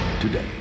today